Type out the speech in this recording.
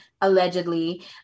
allegedly